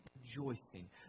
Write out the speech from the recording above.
Rejoicing